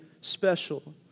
special